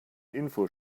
info